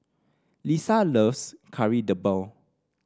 Lissa loves Kari Debal